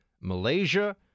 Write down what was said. Malaysia